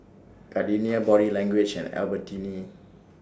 Gardenia Body Language and Albertini